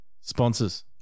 Sponsors